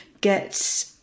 get